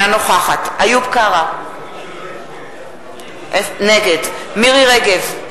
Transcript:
אינה נוכחת איוב קרא, נגד מירי רגב,